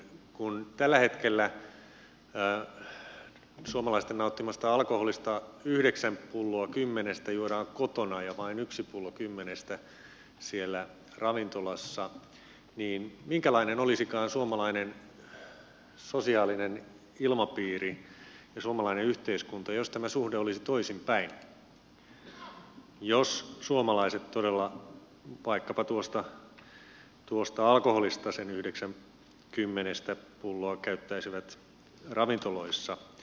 kun tällä hetkellä suomalaisten nauttimasta alkoholista yhdeksän pulloa kymmenestä juodaan kotona ja vain yksi pullo kymmenestä siellä ravintolassa niin minkälainen olisikaan suomalainen sosiaalinen ilmapiiri suomalainen yhteiskunta jos tämä suhde olisi toisinpäin eli jos suomalaiset todella vaikkapa tuosta alkoholista sen yhdeksän pulloa kymmenestä käyttäisivät ravintoloissa